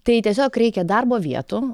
tai tiesiog reikia darbo vietų